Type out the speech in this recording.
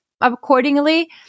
accordingly